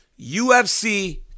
ufc